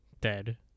dead